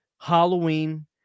Halloween